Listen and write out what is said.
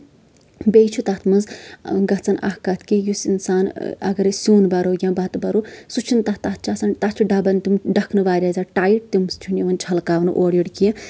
بیٚیہِ چھُ تَتھ منٛز گژھان اکھ کَتھ کہِ یُس اِنسان اَگرأسۍ سیُن برو یا بَتہٕ بَرو سُہ چھُ نہٕ تَتھ تَتھ چھ آسان تتھ چھِ ڈبن تِم ڈَکھنہٕ واریاہ زیادٕ ٹایِٹ تمہِ سۭتۍ چھُنہٕ یوان چھکراونہٕ اورٕ یورٕ کیٚنٛہہ